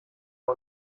der